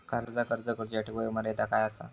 कर्जाक अर्ज करुच्यासाठी वयोमर्यादा काय आसा?